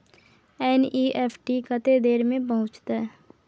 NEFT कत्ते देर में पहुंचतै?